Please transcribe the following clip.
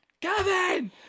Kevin